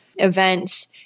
events